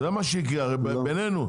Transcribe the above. זה מה שיקרה, בינינו.